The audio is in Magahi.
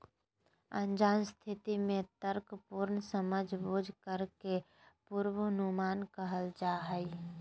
अनजान स्थिति में तर्कपूर्ण समझबूझ करे के पूर्वानुमान कहल जा हइ